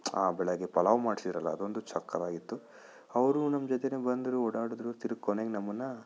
ಬೆಳಗ್ಗೆ ಪಲಾವ್ ಮಾಡಿಸಿದ್ರಲ್ಲ ಅದಂತೂ ಸಕ್ಕತ್ತಾಗಿತ್ತು ಅವರು ನಮ್ಮ ಜೊತೆಯೇ ಬಂದರು ಓಡಾಡಿದ್ರು ತಿರ್ಗ ಕೊನೆಗೆ ನಮ್ಮನ್ನು